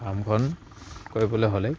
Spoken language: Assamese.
আৰম্ভণি কৰিবলৈ হ'লে